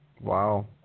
Wow